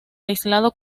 aislado